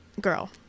Girl